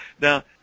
Now